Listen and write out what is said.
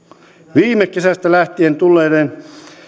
viime kesästä lähtien tulleiden